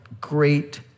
great